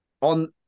on